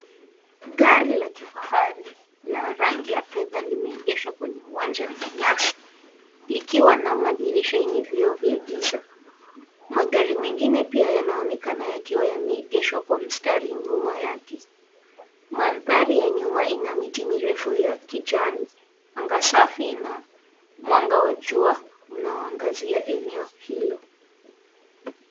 Gari la kifahari la rangi ya fedha Limeegeshwa kwenye uwanja wa manyasi likiwa na madirisha yenye vioo vya kiza magari mengine pia yanaoneka na ukiwa yameegeshwa Kwenye mstari nyuma yake . Mandhari ya nyuma Una miti mirefu ya kijani anga safi ina mwanga wa jua unao angazia eneo hilo.